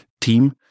team